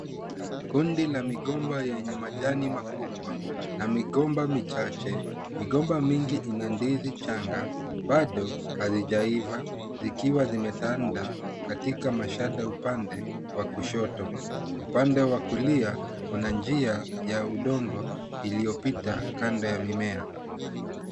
Kundi la migomba yenye majani makubwa na migomba na migomba michache. Migomba mingi ina ndizi changa, bado hazijaiva zikiwa zimetanda katika mashada upande wa kushoto. Upande wa kulia kuna njia ya udongo iliyopita kando ya mimea.